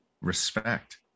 respect